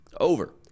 over